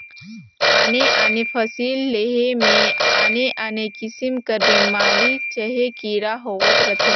आने आने फसिल लेहे में आने आने किसिम कर बेमारी चहे कीरा होवत रहथें